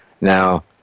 Now